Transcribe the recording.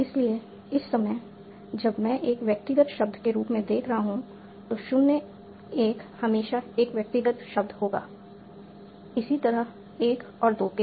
इसलिए इस समय जब मैं एक व्यक्तिगत शब्द के रूप में देख रहा हूं तो 0 1 हमेशा एक व्यक्तिगत शब्द होगा इसी तरह 1 और 2 के लिए